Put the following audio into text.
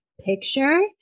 picture